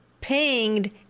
pinged